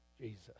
Jesus